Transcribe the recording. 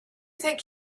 think